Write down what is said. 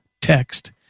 text